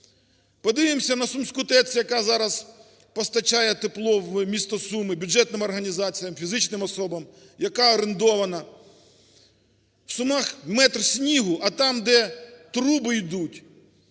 Подивимося на Сумську ТЕЦ, яка зараз постачає тепло в місто Суми бюджетним організаціям, фізичним особам, яка орендована. У Сумах метр снігу, а там, де труби йдуть